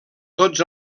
tots